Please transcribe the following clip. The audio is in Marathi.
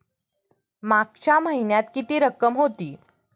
मागच्या महिन्यात किती रक्कम होती?